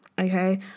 okay